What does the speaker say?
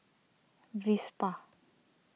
Vespa